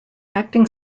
acting